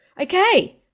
Okay